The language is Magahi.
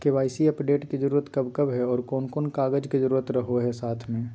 के.वाई.सी अपडेट के जरूरत कब कब है और कौन कौन कागज के जरूरत रहो है साथ में?